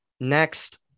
Next